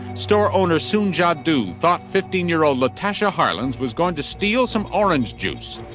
store owner soon ja du thought fifteen year old latasha harlins was going to steal some orange juice.